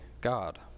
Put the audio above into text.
God